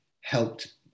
helped